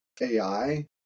AI